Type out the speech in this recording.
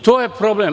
To je problem.